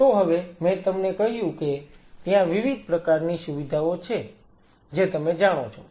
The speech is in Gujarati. તો હવે મેં તમને કહ્યું કે ત્યાં વિવિધ પ્રકારની સુવિધાઓ છે જે તમે જાણો છો